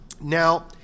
Now